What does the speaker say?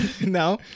No